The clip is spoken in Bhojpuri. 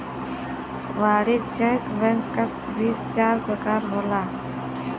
वाणिज्यिक बैंक क भी चार परकार होला